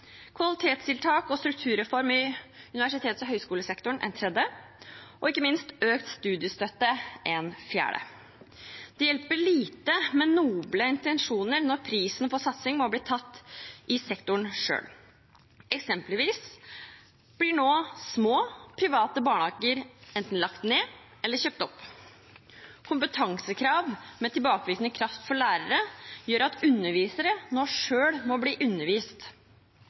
kvalitetstiltak og strukturreform i universitets- og høyskolesektoren er et tredje, og ikke minst er økt studiestøtte et fjerde. Det hjelper lite med noble intensjoner når prisen for satsing må bli tatt i sektoren selv. Eksempelvis blir nå små private barnehager enten lagt ned eller kjøpt opp. Kompetansekrav med tilbakevirkende kraft for lærere gjør at undervisere nå selv må bli undervist.